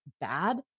bad